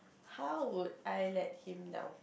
how would I let him down